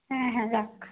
হ্যাঁ হ্যাঁ রাখ